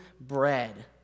bread